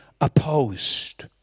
opposed